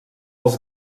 els